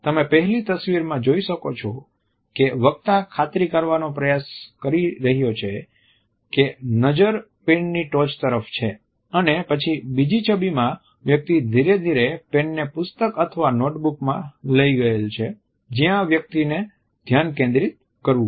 તમે પહેલી તસવીરમાં જોઈ શકો છો કે વક્તા ખાતરી કરવાનો પ્રયાસ કરી રહ્યો છે કે નજર પેનની ટોચ તરફ છે અને પછી બીજી છબીમાં વ્યક્તિ ધીરે ધીરે પેનને પુસ્તક અથવા નોટબુકમાં લઈ ગયેલ છે જ્યાં વ્યક્તિને ધ્યાન કેન્દ્રિત કરવું પડશે